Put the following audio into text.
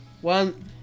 one